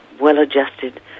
well-adjusted